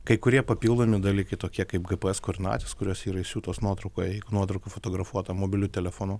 kai kurie papildomi dalykai tokie kaip gps koordinatės kurios yra įsiūtos nuotraukoj nuotrauka fotografuota mobiliu telefonu